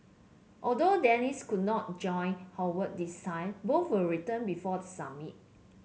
although Dennis could not join Howard this time both will return before the summit